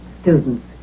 students